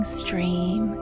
stream